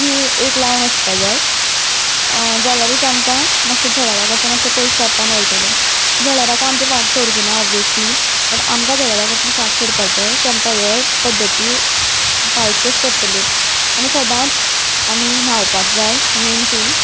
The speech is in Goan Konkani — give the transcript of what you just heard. ती एक लावन वचपा जाय जाल्यारूच आमकां मातशें जळेरां कडच्यान मातशें पयस रावपा मेळटलें जळारां काय आमचीं फाट सोडची ना ओबवियस्ली बट आमकां जळेरां कडच्यान फाट सोडपाक जाय सो आमकां हे पद्धती पाळच्योच पडटल्यो आनी सदांच आमी न्हांवपाक जाय मेन थींग